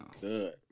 Good